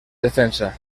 defensa